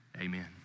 Amen